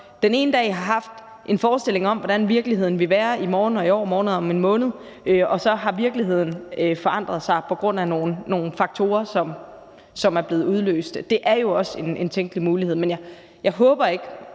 den ene dag have haft en forestilling om, hvordan virkeligheden vil være i morgen og i overmorgen og om en måned, og så har virkeligheden forandret sig på grund af nogle faktorer, som er blevet udløst. Det er jo også en tænkelig mulighed. Jeg håber det